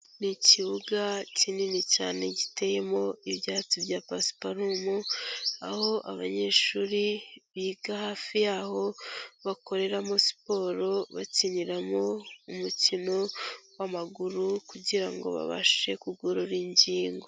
Ni ikibuga kinini cyane giteyemo ibyatsi bya pasiparumu, aho abanyeshuri biga hafi yaho bakoreramo siporo bakiniramo umukino w'amaguru kugira ngo babashe kugorora ingingo.